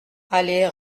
allée